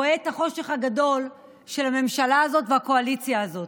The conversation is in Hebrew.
רואה את החושך הגדול של הממשלה הזאת והקואליציה הזאת: